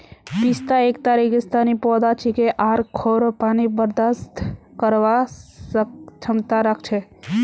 पिस्ता एकता रेगिस्तानी पौधा छिके आर खोरो पानी बर्दाश्त करवार क्षमता राख छे